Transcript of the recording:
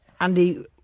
Andy